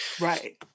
Right